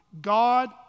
God